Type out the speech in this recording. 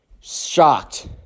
shocked